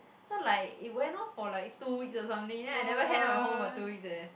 so like it went off for like two weeks or something then I never hand up my homework for two weeks eh